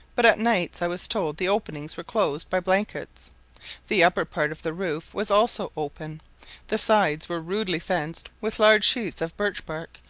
but at night i was told the openings were closed by blankets the upper part of the roof was also open the sides were rudely fenced with large sheets of birch bark,